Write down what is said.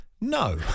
no